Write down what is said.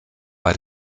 bei